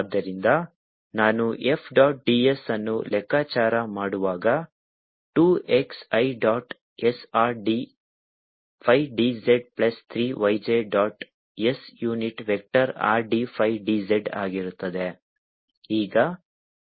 ಆದ್ದರಿಂದ ನಾನು F dot ds ಅನ್ನು ಲೆಕ್ಕಾಚಾರ ಮಾಡುವಾಗ 2 x i dot s r d phi d z plus 3 y j dot s unit vector r d phi d z ಆಗಿರುತ್ತದೆ